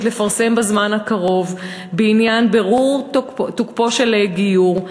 לפרסם בזמן הקרוב בעניין בירור תוקפו של גיור,